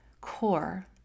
Core